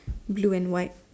blue and white